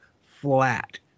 flat